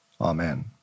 amen